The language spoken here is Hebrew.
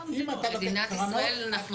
את מדינת ישראל אנחנו,